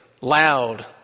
loud